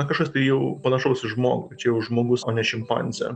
kažkas tai jau panašaus į žmogų čia jau žmogus o ne šimpanzė